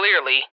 Clearly